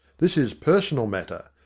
this is personal matter.